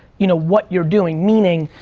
you know, what you're doing, meaning,